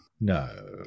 No